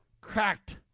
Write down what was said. cracked